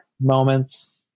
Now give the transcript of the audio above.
moments